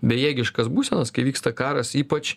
bejėgiškas būsenas kai vyksta karas ypač